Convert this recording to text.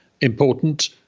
important